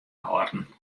hâlden